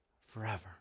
Forever